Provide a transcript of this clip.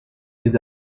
des